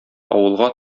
авылга